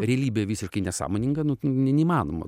realybėj visiškai nesąmoninga nu neįmanoma